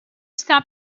stop